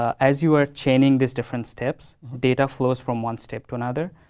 as you are chaining these different steps, data flows from one step to another.